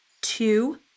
two